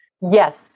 Yes